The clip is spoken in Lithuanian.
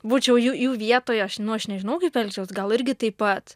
būčiau jų jų vietoje aš nu aš nežinau kaip elgčiaus gal irgi taip pat